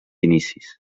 inicis